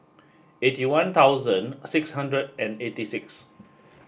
eighty one six hundred and eighty six